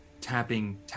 tapping